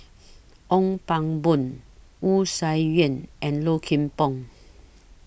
Ong Pang Boon Wu Tsai Yen and Low Kim Pong